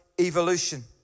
evolution